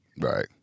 Right